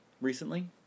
recently